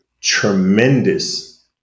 tremendous